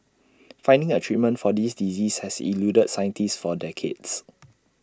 finding A treatment for this disease has eluded scientists for decades